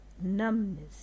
numbness